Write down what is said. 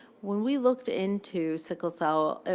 when we looked into sickle cell,